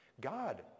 God